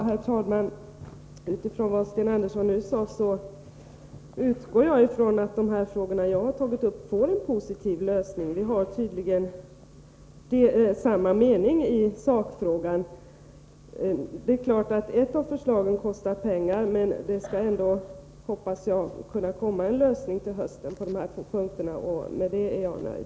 Herr talman! Med utgångspunkt i vad Sten Andersson nu sade utgår jag från att de frågor jag har tagit upp får en positiv lösning. Vi har tydligen samma mening i sakfrågan. Det är klart att ett av förslagen kostar pengar, men jag hoppas att det ändå skall kunna komma en lösning på dessa två punkter till hösten, och med det är jag nöjd.